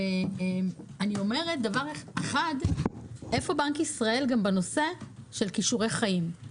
אני אומרת, איפה בנק ישראל בנושא של כישורי חיים?